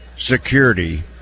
Security